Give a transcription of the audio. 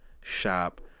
shop